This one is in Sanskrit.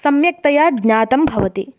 सम्यक्तया ज्ञातं भवति